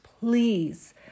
please